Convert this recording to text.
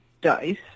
dice